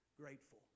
grateful